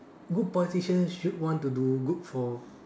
good politicians should want to do good for